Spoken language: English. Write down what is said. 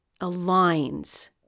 aligns